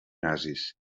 nazis